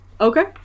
Okay